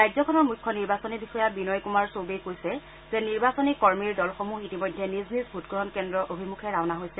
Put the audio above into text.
ৰাজ্যখনৰ মুখ্য নিৰ্বাচনী বিষয়া বিনয় কুমাৰ চৌবেই কৈছে যে নিৰ্বাচনী কৰ্মীৰ দলসমূহ ইতিমধ্যে নিজ নিজ ভোটগ্ৰহণ কেন্দ্ৰ অভিমুখে ৰাওনা হৈছে